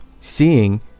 seeing